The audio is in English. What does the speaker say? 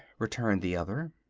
returned the other.